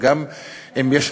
וגם אם יש,